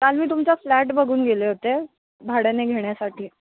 काल मी तुमचा फ्लॅट बघून गेले होते भाड्याने घेण्यासाठी